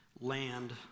land